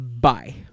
bye